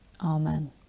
Amen